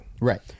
Right